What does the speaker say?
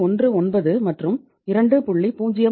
19 மற்றும் 2